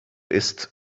ist